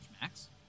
Max